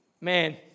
Man